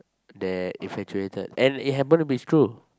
they infatuated and it happens to be true